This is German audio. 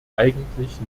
eigentlich